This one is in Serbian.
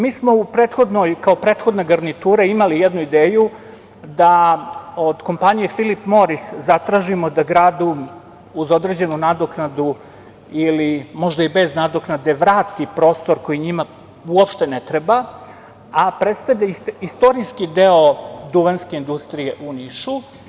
Mi smo u prethodnoj, kao prethodna garnitura imali jednu ideju da od kompanije „Filip Moris“ zatražimo da gradu uz određenu nadoknadu ili možda i bez nadoknade vrati prostor koji njima uopšte ne treba, a predstavlja istorijski deo Duvanske industrije u Nišu.